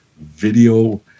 video